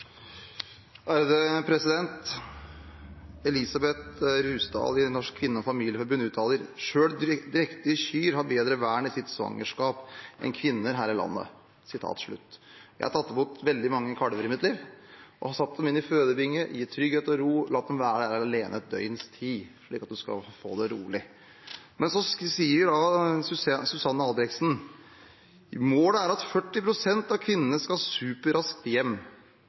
Elisabeth Rusdal i Norges Kvinne- og familieforbund uttaler: «Selv drektige kyr har bedre vern i sitt svangerskap enn kvinner har her i landet.» Jeg har tatt imot veldig mange kalver i mitt liv. Jeg har satt dem inn i fødebinger, gitt dem trygghet og ro og latt dem være alene et døgns tid slik at de skal få ha det rolig. Så sier Susanne Albrechtsen: «Målet er at 40 prosent av kvinnene skal superraskt hjem.»